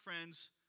friends